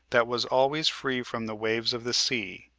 that was always free from the waves of the sea.